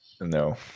No